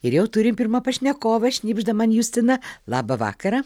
ir jau turim pirmą pašnekovą šnibžda man justina labą vakarą